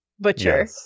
butcher